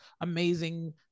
amazing